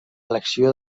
elecció